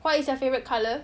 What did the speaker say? what is your favourite colour